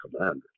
commander